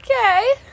Okay